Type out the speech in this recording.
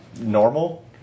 normal